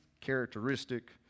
characteristic